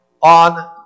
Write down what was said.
on